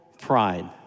pride